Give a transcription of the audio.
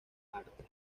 arte